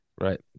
Right